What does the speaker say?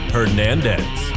Hernandez